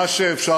מה שאפשר,